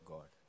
God